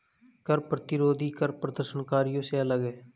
कर प्रतिरोधी कर प्रदर्शनकारियों से अलग हैं